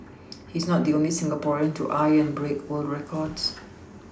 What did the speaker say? he is not the only Singaporean to eye and break world records